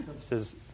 says